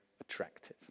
attractive